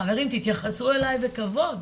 חברים תתייחסו אלי בכבוד,